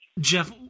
Jeff